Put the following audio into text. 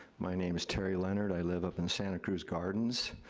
my name is terry leonard. i live up in santa cruz gardens.